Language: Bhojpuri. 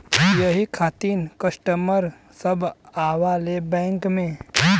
यही खातिन कस्टमर सब आवा ले बैंक मे?